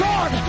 God